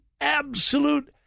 absolute